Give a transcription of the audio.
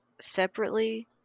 separately